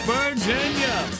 Virginia